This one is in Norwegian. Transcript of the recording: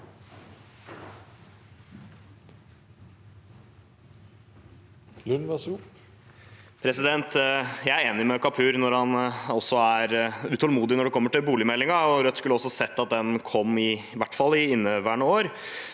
Jeg er enig med Kapur når han er utålmodig med hensyn til boligmeldingen, og Rødt skulle også sett at den i hvert fall kom i inneværende år.